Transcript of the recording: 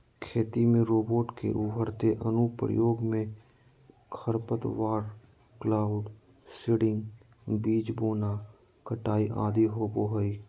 खेती में रोबोट के उभरते अनुप्रयोग मे खरपतवार, क्लाउड सीडिंग, बीज बोना, कटाई आदि होवई हई